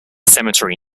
cemetery